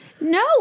No